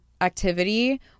activity